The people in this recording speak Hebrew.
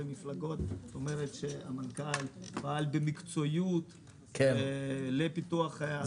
מפלגות זאת אומרת שהמנכ"ל פעל במקצועיות לפיתוח התיירות.